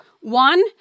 One